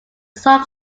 song